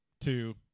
two